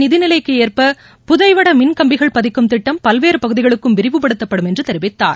நிதிநிலைக்குஏற்ப புதைவடமின்கம்பிகள் பதிக்கும் திட்டம் பல்வேறுபகுதிகளுக்கும் விரிவுபடுத்தப்படும் என்றும் தெரிவித்தார்